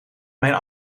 mijn